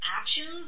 actions